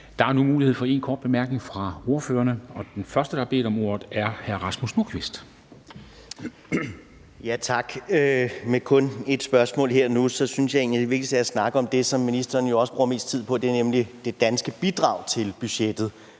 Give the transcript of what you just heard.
Der er nu mulighed for én kort bemærkning fra ordførerne. Den første, der har bedt om ordet, er hr. Rasmus Nordqvist. Kl. 13:12 Rasmus Nordqvist (ALT): Tak. Med kun ét spørgsmål her og nu synes jeg egentlig, at det vigtigste er at snakke om det, som ministeren jo også bruger mest tid på, nemlig det danske bidrag til budgettet.